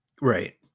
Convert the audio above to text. right